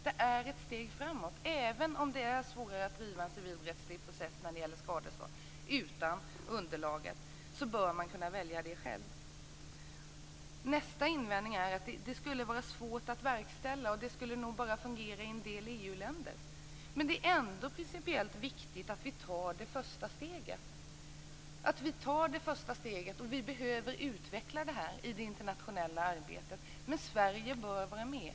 Det är ett steg framåt. Även om det är svårare att driva en civilrättslig process när det gäller skadestånd utan underlaget bör man kunna välja själv. Nästa invändning är att det skulle vara svårt att verkställa och att det nog bara skulle fungera i en del EU-länder. Men det är ändå principiellt viktigt att vi tar det första steget. Vi behöver utveckla det här i det internationella arbetet, men Sverige bör vara med.